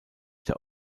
der